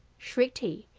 shrieked he,